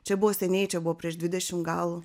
čia buvo seniai čia buvo prieš dvidešimt gal